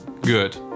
good